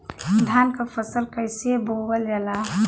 धान क फसल कईसे बोवल जाला?